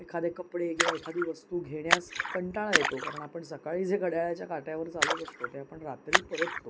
एखादे कपडे किंवा एखादी वस्तू घेण्यास कंटाळा येतो कारण आपण सकाळी जे घडयाळ्याच्या काट्यावर चालत असतो ते आपण रात्री परततो